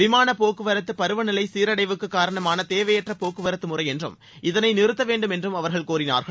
விமானப் போக்குவரத்து பருவநிலை சீரடைவுக்கு காரணமான தேவையற்ற போக்குவரத்து முறை என்றும் இதனை நிறுத்த வேண்டும் என்றும் அவர்கள் கோரினார்கள்